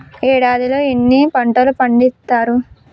ఏడాదిలో ఎన్ని పంటలు పండిత్తరు?